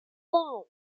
wham